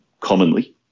commonly